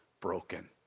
broken